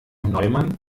neumann